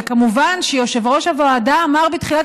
וכמובן שיושב-ראש הוועדה אמר בתחילת